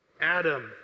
Adam